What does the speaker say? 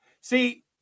See